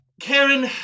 karen